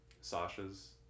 Sasha's